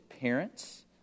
parents